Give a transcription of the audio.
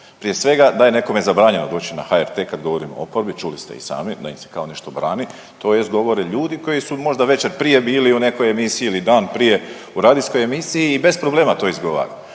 Prije svega da je nekome zabranjeno doći na HRT kad govorimo o oporbi, čuli ste i sami da im se kao nešto brani. Tj. govore ljudi koji su možda večer prije bili u nekoj emisiji ili dan prije u radijskoj emisiji i bez problema to izgovara.